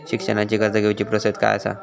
शिक्षणाची कर्ज घेऊची प्रोसेस काय असा?